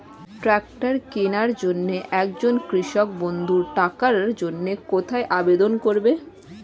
Tractor কিনার জন্য একজন কৃষক বন্ধু টাকার জন্য কোথায় আবেদন করবে?